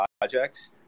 projects